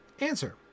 Answer